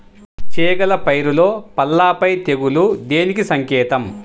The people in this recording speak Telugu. చేగల పైరులో పల్లాపై తెగులు దేనికి సంకేతం?